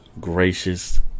gracious